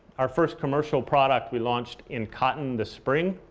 our first commercial product we launched in cotton this spring.